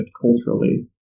culturally